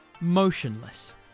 motionless